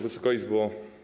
Wysoka Izbo!